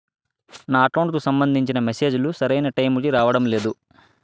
నా అకౌంట్ కు సంబంధించిన మెసేజ్ లు సరైన టైము కి రావడం లేదు